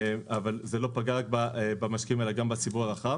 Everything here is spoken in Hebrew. אבל זה לא פגע רק במשקיעים אלא גם בציבור הרחב